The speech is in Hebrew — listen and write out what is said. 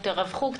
תרווחו קצת.